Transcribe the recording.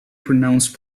pronounced